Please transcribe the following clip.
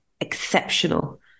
exceptional